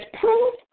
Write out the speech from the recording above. proof